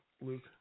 Luke